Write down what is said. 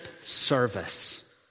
service